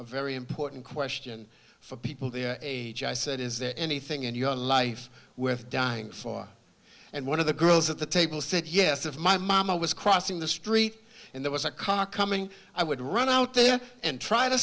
a very important question for people to age i said is there anything in your life with dying for and one of the girls at the table said yes if my mama was crossing the street and there was a car coming i would run out there and try to